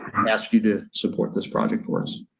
and ask you to support this project for us.